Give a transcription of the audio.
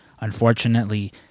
unfortunately